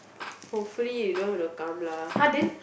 hopefully we don't have to come lah